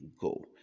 go